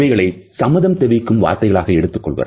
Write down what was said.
இவைகளை சம்மதம் தெரிவிக்கும் வார்த்தைகளாக எடுத்துக்கொள்வர்